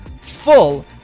full